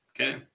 Okay